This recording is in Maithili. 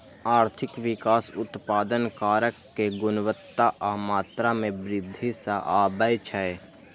आर्थिक विकास उत्पादन कारक के गुणवत्ता आ मात्रा मे वृद्धि सं आबै छै